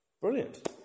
Brilliant